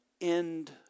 end